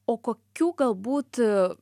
o kokių galbūt